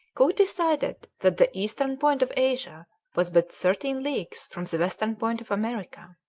cook decided that the eastern point of asia was but thirteen leagues from the western point of america.